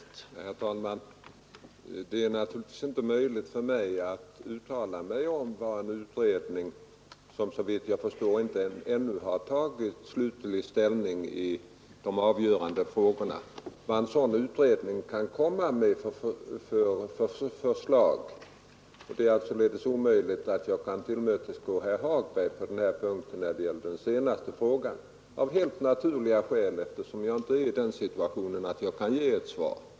Herr talman! Det är naturligtvis inte möjligt för mig att uttala mig om vilket förslag en utredning, som såvitt jag förstår ännu inte tagit ställning till de avgörande frågorna, kan komma att lägga fram. Det är således omöjligt för mig att tillmötesgå herr Hagberg när det gäller den senaste frågan — av helt naturliga skäl, eftersom jag inte är i den situationen att jag kan ge ett svar.